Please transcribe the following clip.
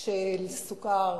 של סוכר